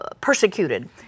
persecuted